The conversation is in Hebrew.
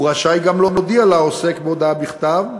הוא רשאי גם להודיע לעוסק, בהודעה בכתב,